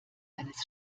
eines